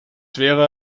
wäre